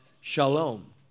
shalom